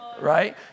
right